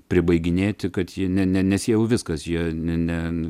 pribaiginėti kad jie ne ne nes jie jau viskas jei ne